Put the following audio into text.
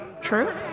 true